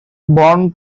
born